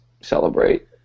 celebrate